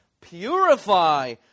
purify